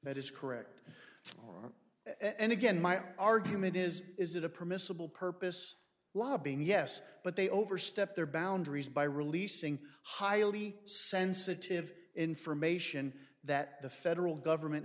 that is correct and again my argument is is that a permissible purpose lobbying yes but they overstepped their boundaries by releasing highly sensitive information that the federal government